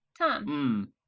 tom